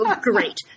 great